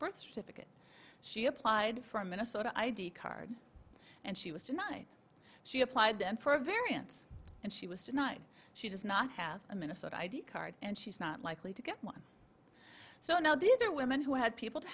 birth certificate she applied for a minnesota id card and she was tonight she applied for a variance and she was denied she does not have a minnesota id card and she's not likely to get one so now these are women who had people to